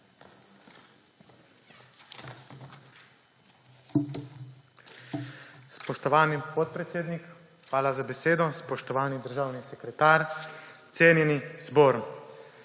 Spoštovani podpredsednik, hvala za besedo. Spoštovani državni sekretar, cenjeni zbor!